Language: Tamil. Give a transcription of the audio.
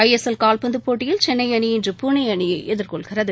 ஐ எஸ் எல் கால்பந்து போட்டியில் சென்னை அணி இன்று புனே அணியை எதிர்கொள்கிறது